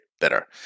better